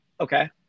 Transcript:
Okay